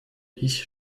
ich